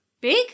Big